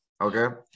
okay